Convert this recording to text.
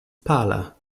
pala